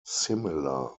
similar